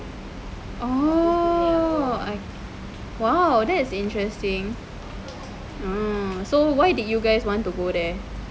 oh !wow! that's interesting um so why did you guys want to go there